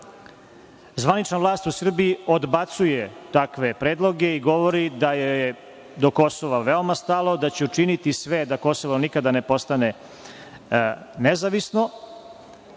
Kosova. Zvanična vlast u Srbiji odbacuje takve predloge i govori da joj je do Kosova veoma stalo, da će učiniti sve da Kosovo nikada ne postane nezavisno,